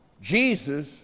Jesus